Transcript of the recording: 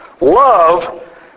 Love